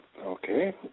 Okay